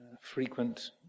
frequent